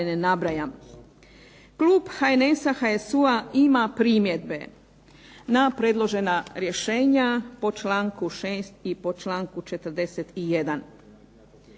Klub HNS-HSU-a ima primjedbe na predložena rješenja po članku 6. i po članku 41.